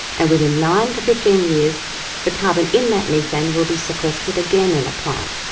and within nine to fifteen years the carbon in that methane will be sequestered again in a plant,